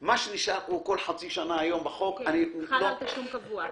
שהוא כל חצי שנה בחוק -- הוא חל על תשלום קבוע.